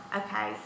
okay